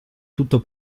tutto